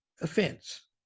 offense